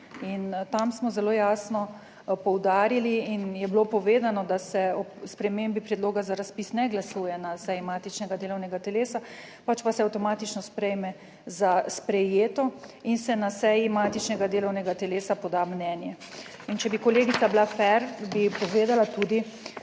tam smo zelo jasno poudarili in je bilo povedano, da se o spremembi predloga za razpis ne glasuje na seji matičnega delovnega telesa, pač pa se avtomatično sprejme za sprejeto in se na seji matičnega delovnega telesa poda mnenje. In če bi kolegica bila fer, bi povedala tudi,